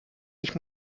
ich